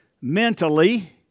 mentally